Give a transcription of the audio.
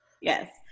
Yes